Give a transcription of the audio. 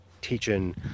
teaching